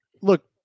Look